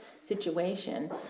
situation